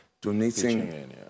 donating